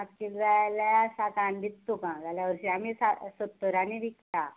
पांच कील जाय जाल्या साटांनी दिता तुका जाल्यार हरशीं आमी सा सत्तरांनी विकता